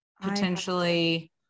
potentially